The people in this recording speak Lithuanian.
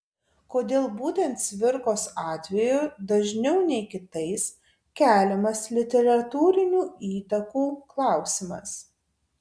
kodėl būtent cvirkos atveju dažniau nei kitais keliamas literatūrinių įtakų klausimas